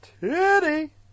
Titty